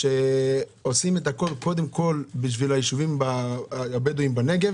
שעושים הכול קודם כול בשביל היישובים הבדואים בנגב